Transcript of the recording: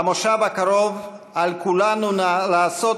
במושב הקרוב על כולנו לעשות